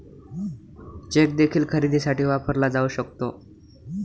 check देखील खरेदीसाठी वापरला जाऊ शकतो